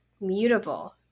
mutable